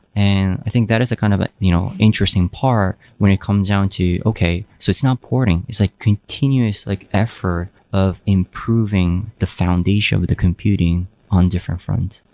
and think that is a kind of a you know interesting part when it comes down to okay, so it's not porting, it's like continuous like effort of improving the foundation of the computing on different forms.